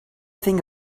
thing